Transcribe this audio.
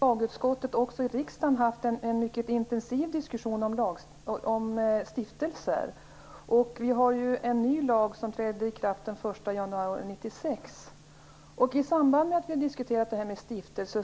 Fru talman! Vi har i riksdagens lagutskott haft en mycket intensiv diskussion om stiftelser. En ny lag trädde i kraft den 1 januari 1996.